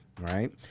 Right